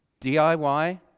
DIY